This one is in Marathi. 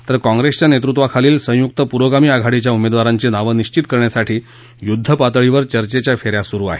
तर काँप्रेसच्या नेतृत्वाखालच्या संयुक्त पुरोगामी आघाडीच्या उमेदवारांची नावं निश्वित करण्यासाठी युद्धपातळीवर चर्चांच्या फे या सुरु आहेत